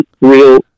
real